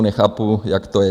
Nechápu, jak to je.